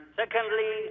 secondly